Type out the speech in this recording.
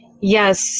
Yes